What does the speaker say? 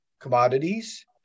commodities